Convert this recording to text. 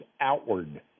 outward